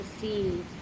see